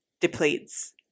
depletes